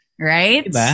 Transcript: Right